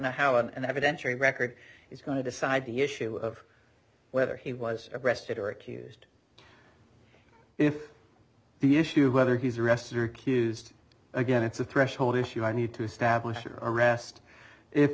know how and that would enter a record is going to decide the issue of whether he was arrested or accused if the issue whether he's arrested or accused again it's a threshold issue i need to establish or arrest if